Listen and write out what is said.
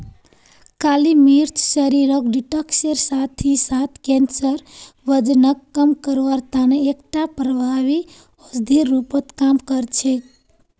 काली मिर्च शरीरक डिटॉक्सेर साथ ही साथ कैंसर, वजनक कम करवार तने एकटा प्रभावी औषधिर रूपत काम कर छेक